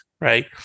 right